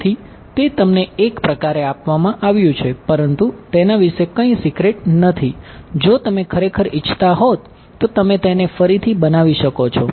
તેથી તે તમને એક પ્રકારે આપવામાં આવ્યું છે પરંતુ તેના વિશે સિક્રેટ કંઈ નથી જો તમે ખરેખર ઇચ્છતા હોત તો તમે તેને ફરીથી બનાવી શકો છો